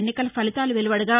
ఎన్నికల ఫలితాలు వెలువడగా